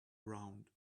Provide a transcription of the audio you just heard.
round